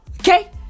Okay